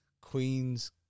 Queens